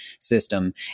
system